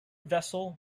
vessel